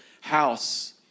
house